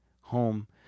Home